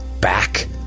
back